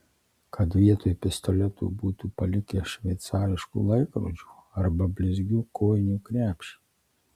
kad vietoj pistoletų būtų palikę šveicariškų laikrodžių arba blizgių kojinių krepšį